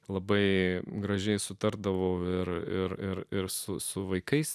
labai gražiai sutardavo ir ir ir su vaikais